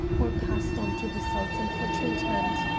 or passed on to the sultan for treatment?